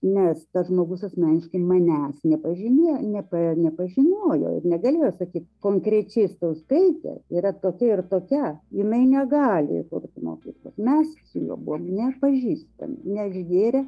nes tas žmogus asmeniškai manęs nepažinėjo nepa nepažinojo negalėjo sakyt konkrečiai stauskaitė yra tokia ir tokia jinai negali įkurti mokyklos mes su juo buvom nepažįstami neišgėrę